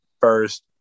first